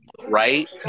Right